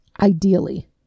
ideally